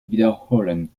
wiederholen